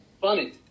funny